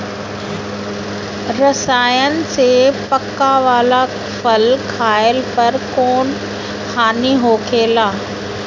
रसायन से पकावल फल खइला पर कौन हानि होखेला?